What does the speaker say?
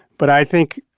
but i think,